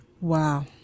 Wow